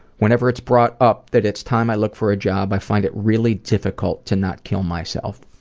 whenever it's brought up that it's time i look for a job, i find it really difficult to not kill myself.